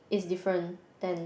it's different ten